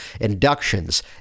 Inductions